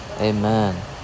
amen